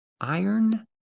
iron